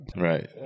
Right